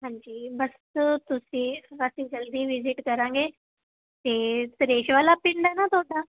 ਹਾਂਜੀ ਬਸ ਤੁਸੀਂ ਅਸੀਂ ਜਲਦੀ ਵਿਜਿਟ ਕਰਾਂਗੇ ਅਤੇ ਸਰੇਸ਼ ਵਾਲਾ ਪਿੰਡ ਹੈ ਨਾ ਤੁਹਾਡਾ